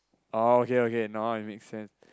oh okay okay now it makes sense